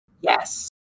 Yes